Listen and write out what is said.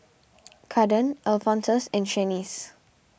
Kaden Alphonsus and Shanice